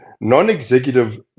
non-executive